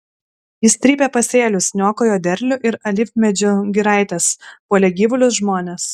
jis trypė pasėlius niokojo derlių ir alyvmedžių giraites puolė gyvulius žmones